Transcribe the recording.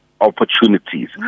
opportunities